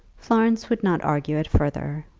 florence would not argue it further,